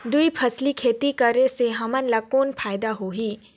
दुई फसली खेती करे से हमन ला कौन फायदा होही?